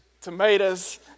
tomatoes